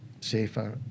safer